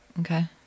Okay